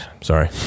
sorry